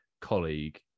colleague